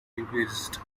increased